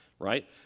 right